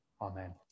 Amen